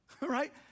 right